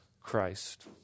Christ